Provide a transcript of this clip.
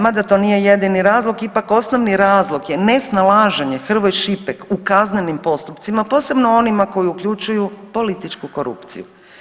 Mada to nije jedini razlog ipak osnovni razlog je nesnalaženje Hrvoj Šipek u kaznenim postupcima, posebno onima koji uključuju političku korupciju.